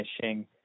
finishing